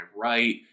right